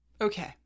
Okay